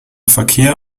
verkehr